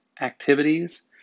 activities